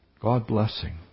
God-blessing